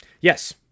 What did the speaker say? Yes